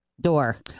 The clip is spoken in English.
door